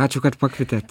ačiū kad pakvietėt